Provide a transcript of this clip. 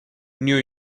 new